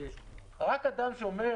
רק אדם שאומר